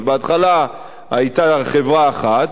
אז בהתחלה היתה חברה אחת.